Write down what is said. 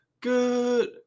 good